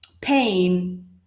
pain